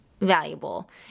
valuable